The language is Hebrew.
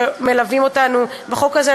שמלווים אותנו בחוק הזה,